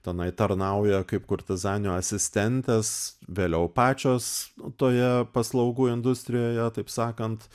tenai tarnauja kaip kurtizanių asistentes vėliau pačios toje paslaugų industrijoje taip sakant